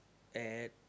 at